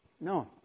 No